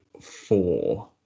four